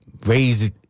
raise